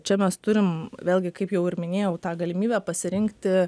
čia mes turim vėlgi kaip jau ir minėjau tą galimybę pasirinkti